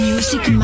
Music